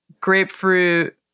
grapefruit